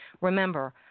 Remember